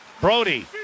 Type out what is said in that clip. Brody